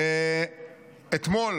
אתמול